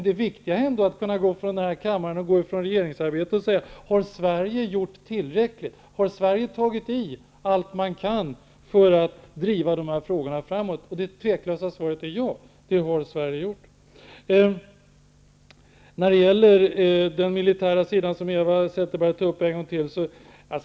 Det viktiga är ändå att kunna gå från denna kammare, och från regeringsarbetet, och fråga sig om Sverige har gjort tillräckligt och gjort allt vad man kan för att driva frågorna framåt. Svaret är, utan att tveka: Ja, det har Sverige gjort. Eva Zetterberg tog upp de militära frågorna igen.